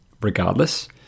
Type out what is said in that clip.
Regardless